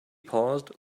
paused